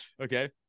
Okay